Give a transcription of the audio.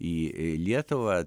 į lietuvą